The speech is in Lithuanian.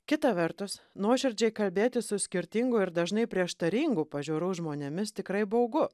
kita vertus nuoširdžiai kalbėtis su skirtingų ir dažnai prieštaringų pažiūrų žmonėmis tikrai baugu